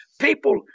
People